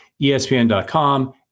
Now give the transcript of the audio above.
ESPN.com